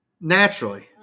naturally